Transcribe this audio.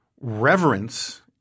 reverence